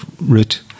route